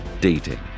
dating